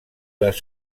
les